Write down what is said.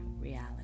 reality